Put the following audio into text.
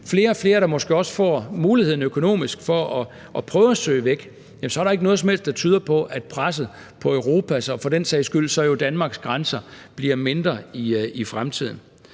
flere og flere, der måske også får muligheden økonomisk for at prøve at søge væk, er der ikke noget som helst, der tyder på, at presset på Europa og for den sags skyld så Danmarks grænser bliver mindre i fremtiden.